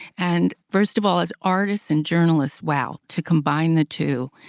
and first of all, as artists and journalists, wow. to combine the two,